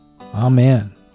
Amen